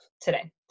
today